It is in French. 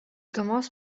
commence